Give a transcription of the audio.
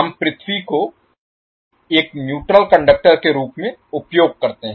हम पृथ्वी को एक न्यूट्रल कंडक्टर के रूप में उपयोग करते हैं